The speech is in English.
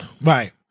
Right